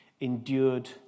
endured